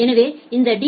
எனவே இந்த டி